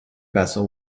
vessel